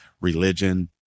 religion